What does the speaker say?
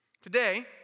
Today